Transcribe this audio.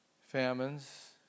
famines